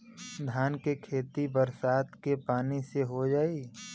धान के खेती बरसात के पानी से हो जाई?